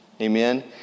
Amen